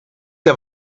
der